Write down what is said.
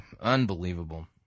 unbelievable